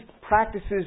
practices